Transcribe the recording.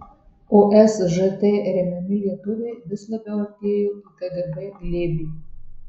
o sžt remiami lietuviai vis labiau artėjo į kgb glėbį